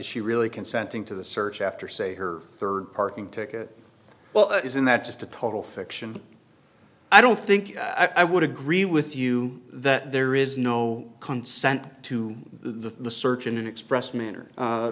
she really consenting to the search after say her third parking ticket well isn't that just a total fiction i don't think i would agree with you that there is no consent to the search an expressman